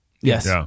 Yes